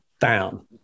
down